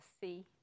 see